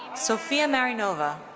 sophia marinova.